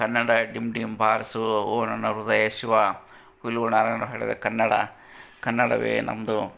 ಕನ್ನಡ ಡಿಂಡಿಮ ಬಾರಿಸು ಓ ನನ್ನ ಹೃದಯ ಶಿವ ನಾರಾಯಣ ಹೇಳಿದ ಕನ್ನಡ ಕನ್ನಡವೇ ನಮ್ಮದು